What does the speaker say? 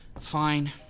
Fine